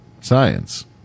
science